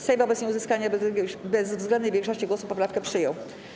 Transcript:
Sejm wobec nieuzyskania bezwzględnej większości głosów poprawkę przyjął.